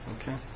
Okay